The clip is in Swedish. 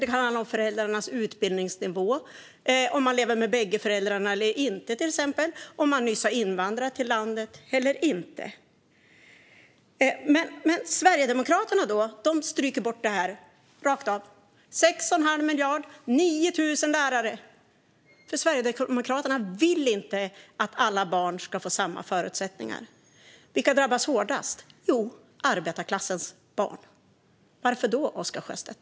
Det kan handla om föräldrarnas utbildningsnivå, till exempel om man lever med bägge föräldrarna eller inte, och om man nyss har invandrat till landet eller inte. Men Sverigedemokraterna stryker bort detta rakt av - 6 1⁄2 miljard kronor, 9 000 lärare - för att Sverigedemokraterna inte vill att alla barn ska få samma förutsättningar. Vilka drabbas hårdast? Jo, det är arbetarklassens barn. Varför då, Oscar Sjöstedt?